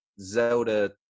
Zelda